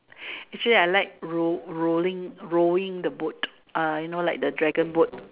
actually I like roll rolling rowing the boat you know like the dragon boat